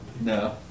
No